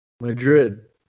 Madrid